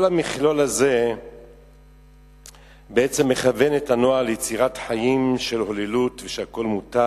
כל המכלול הזה בעצם מכוון את הנוער ליצירת חיים של הוללות ושהכול מותר,